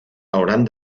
hauran